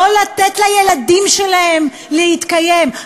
לא לתת לילדים שלהם להתקיים,